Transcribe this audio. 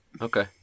Okay